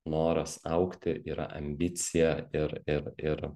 noras augti yra ambicija ir ir ir